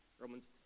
romans